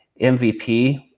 MVP